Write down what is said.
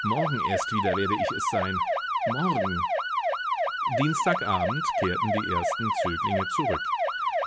morgen erst wieder werde ich es sein morgen dienstag abends kehrten die ersten zöglinge zurück